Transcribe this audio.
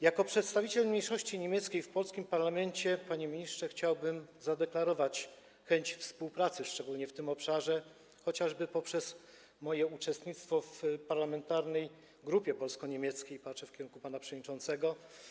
Jako przedstawiciel mniejszości niemieckiej w polskim parlamencie, panie ministrze, chciałbym zadeklarować chęć współpracy, szczególnie w tym obszarze, chociażby poprzez moje uczestnictwo w parlamentarnej grupie polsko-niemieckiej - patrzę w kierunku pana przewodniczącego.